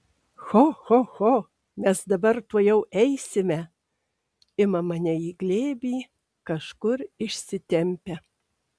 cho cho cho mes dabar tuojau eisime ima mane į glėbį kažkur išsitempia